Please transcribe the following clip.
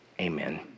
Amen